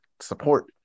support